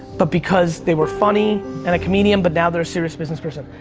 but because they were funny and a comedian but now they're a serious business person.